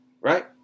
right